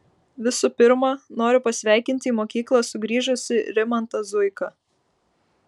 visų pirma noriu pasveikinti į mokyklą sugrįžusį rimantą zuiką